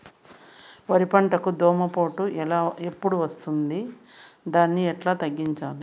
వరి పంటకు దోమపోటు ఎప్పుడు వస్తుంది దాన్ని ఎట్లా తగ్గించాలి?